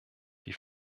die